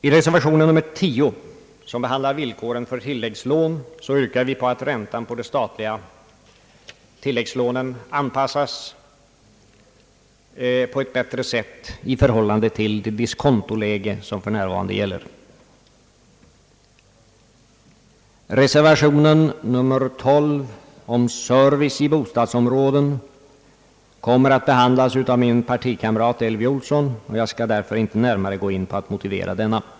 I reservation nr 10, som behandlar villkoren för tilläggslån, yrkar vi på att räntan på de statliga tilläggslånen avpassas på ett bättre sätt i förhållande till det diskontoläge som för närvarande gäller. Reservation 12 om service i bostadsområden kommer att behandlas av min partikamrat fru Elvy Olsson, och jag skall därför inte närmare gå in på att motivera den.